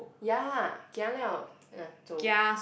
ya gia liao uh 走